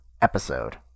episode